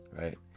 Right